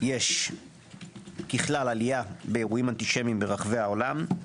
יש ככלל, עלייה באירועים אנטישמיים ברחבי העולם.